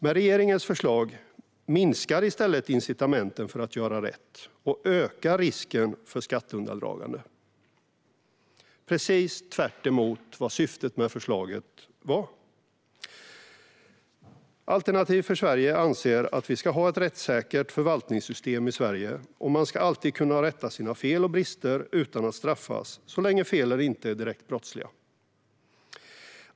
Med regeringens förslag minskar i stället incitamenten för att göra rätt, och risken för skatteundandragande ökar. Det är precis tvärtemot syftet med förslaget. Alternativ för Sverige anser att vi ska ha ett rättssäkert förvaltningssystem i Sverige och att man alltid ska kunna rätta sina fel och brister utan att straffas så länge felen inte är direkt brottsliga.